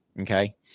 Okay